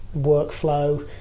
workflow